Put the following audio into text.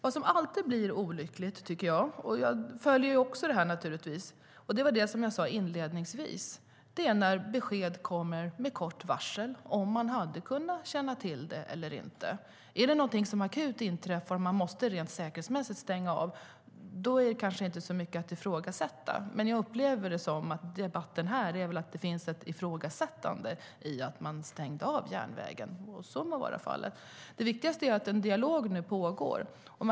Jag följer naturligtvis också det här. Det blir, som jag sade inledningsvis, alltid olyckligt när besked kommer med kort varsel. Hade man kunnat känna till det tidigare eller inte? Om det inträffar något akut, och om man rent säkerhetsmässigt måste stänga av banan, finns det kanske inte så mycket att ifrågasätta. Jag upplever debatten här som ett ifrågasättande av att man stängde av järnvägen. Så må vara fallet. Det viktigaste är att det nu pågår en dialog.